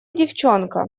девчонка